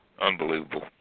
unbelievable